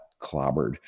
clobbered